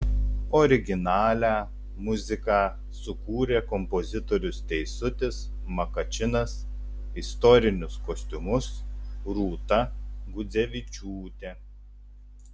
originalią muziką sukūrė kompozitorius teisutis makačinas istorinius kostiumus rūta gudzevičiūtė